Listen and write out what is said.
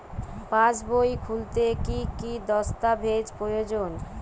পাসবই খুলতে কি কি দস্তাবেজ প্রয়োজন?